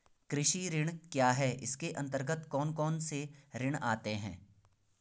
कृषि ऋण क्या है इसके अन्तर्गत कौन कौनसे ऋण आते हैं?